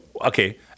okay